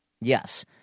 Yes